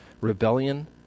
rebellion